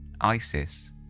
Isis